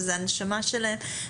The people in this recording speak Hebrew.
וזו הנשמה שלהם,